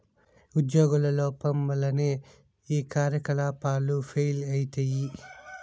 ఉజ్యోగుల లోపం వల్లనే ఈ కార్యకలాపాలు ఫెయిల్ అయితయి